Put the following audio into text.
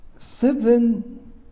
Seven